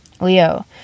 Leo